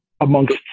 amongst